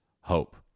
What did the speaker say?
hope